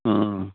অঁ